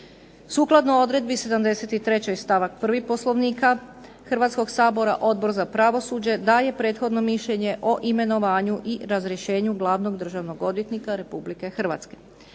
Sukladno odredbi 73. stavak 1. Poslovnika Hrvatskog sabora Odbor za pravosuđe daje prethodno mišljenje o imenovanju i razrješenju glavnog državnog odvjetnika RH.